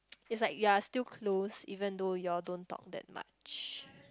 it's like you are still close even though you all don't talk that much